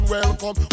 Welcome